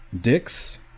Dicks